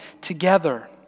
together